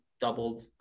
doubled